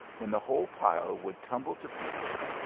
when the whole pile would tumble to pieces,